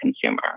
consumer